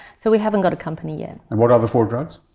so we haven't got a company yet. and what are the four drugs?